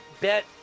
bet